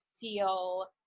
feel